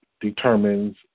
determines